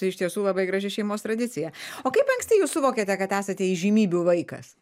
tai iš tiesų labai graži šeimos tradicija o kaip anksti jūs suvokėte kad esate įžymybių vaikas